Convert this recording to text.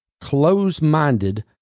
Close-minded